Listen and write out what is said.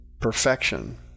perfection